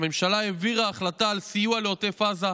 הממשלה העבירה החלטה על סיוע לעוטף עזה,